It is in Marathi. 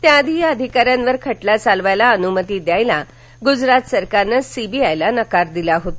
त्याआधी या अधिकाऱ्यांवर खटला चालवण्यास अनुमती देण्यास गुजरात सरकारनं सीबीआय ला नकार दिला होता